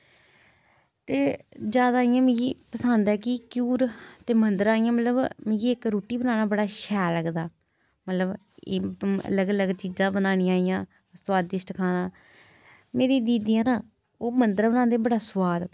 ते जादा इ'यां मिगी पसंद ऐ कि घ्यूर ते इ'यां मद्धरा मिगी इक रुट्टी बनाना बड़ा शैल लगदा मतलब अलग अलग चीजां बनानियां सोआदिष्ट खाना मेरी दीदी ऐ ना ओह् मद्धरा बनांदी ते बड़ा सोआद